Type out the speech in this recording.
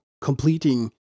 completing